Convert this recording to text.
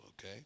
okay